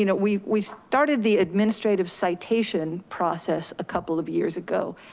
you know we we started the administrative citation process a couple of years ago.